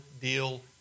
deal